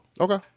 Okay